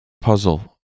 puzzle